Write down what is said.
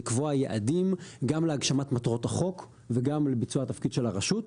לקבוע יעדים גם להגשמת מטרות החוק וגם לביצוע תפקיד של הרשות.